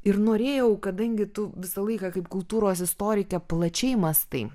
ir norėjau kadangi tu visą laiką kaip kultūros istorikė plačiai mąstai